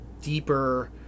deeper